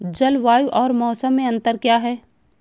जलवायु और मौसम में अंतर क्या है?